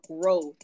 growth